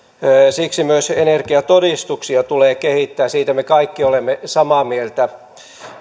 siksi myös energiatodistuksia tulee kehittää siitä me kaikki olemme samaa mieltä